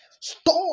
stop